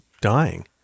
dying